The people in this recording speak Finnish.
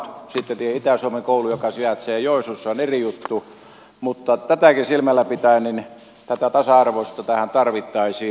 sitten itä suomen koulu joka sijaitsee joensuussa on eri juttu mutta tätäkin silmällä pitäen tätä tasa arvoisuutta tähän tarvittaisiin